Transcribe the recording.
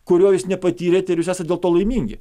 kuriuo jūs nepatyrėt ir jūs esat dėl to laimingi